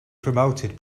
promoted